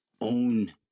own